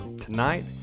tonight